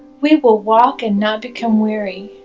we will walk and not become weary.